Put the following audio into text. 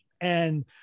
and-